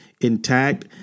intact